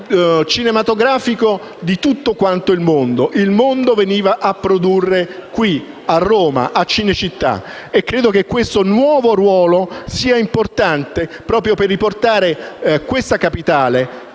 riferimento cinematografico di tutto quanto il mondo. Il mondo veniva a produrre qui a Roma, a Cinecittà. Questo nuovo ruolo è importante, proprio per riportare questa capitale,